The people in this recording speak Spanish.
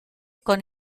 con